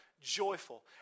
joyful